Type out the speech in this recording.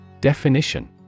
Definition